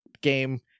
game